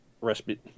respite